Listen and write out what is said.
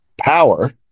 Power